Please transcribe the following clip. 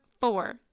four